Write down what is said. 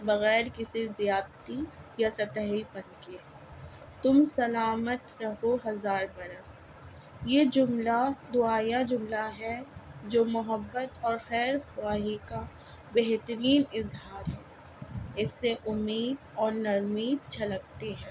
بغیر کسی زیادتی یا سطحی پن کے تم سلامت رہو ہزار برس یہ جملہ دعائیہ جملہ ہے جو محبت اور خیر خواہی کا بہترین اظہار ہے اس سے امید اور نرمی چھلکتی ہے